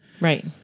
Right